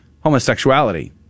homosexuality